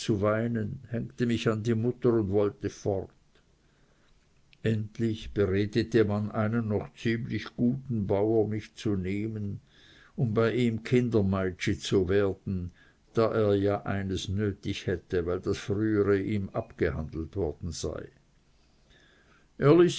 weinen hängte mich an die mutter und wollte fort endlich beredete man einen ziemlich guten bauer mich zu nehmen um bei ihm kindemeitschi zu werden da er ja eines nötig hätte weil das frühere ihm abgehandelt worden sei